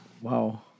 Wow